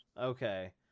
Okay